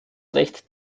recht